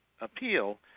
appeal